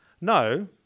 No